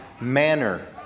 manner